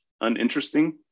uninteresting